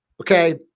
Okay